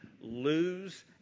lose